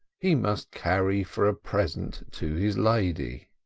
he must carry for a present to his lady.